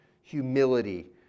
humility